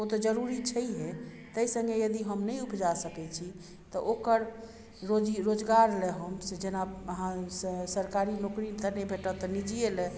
ओ तऽ जरूरी छैयै तै सङ्गे यदि हम नहि उपजा सकय छी तऽ ओकर रोजी रोजगार लए हम से जेना अहाँसँ सरकारी नौकरी तऽ नहि भेटत तऽ निजिये लए